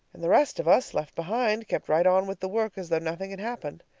and the rest of us, left behind, kept right on with the work as though nothing had happened.